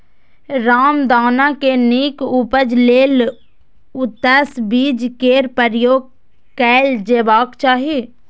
रामदाना के नीक उपज लेल उन्नत बीज केर प्रयोग कैल जेबाक चाही